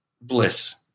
bliss